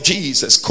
Jesus